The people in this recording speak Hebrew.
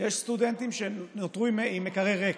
יש סטודנטים שנותרו עם מקרר ריק.